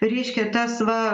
reiškia tas va